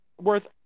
worth